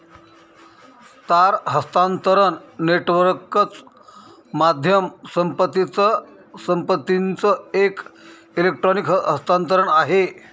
तार हस्तांतरण नेटवर्कच माध्यम संपत्तीचं एक इलेक्ट्रॉनिक हस्तांतरण आहे